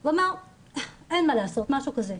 הוא אמר 'אין מה לעשות', משהו כזה.